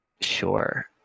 sure